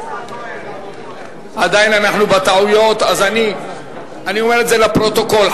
עדיין אנחנו בטעויות, אני אומר את זה לפרוטוקול.